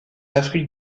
afrique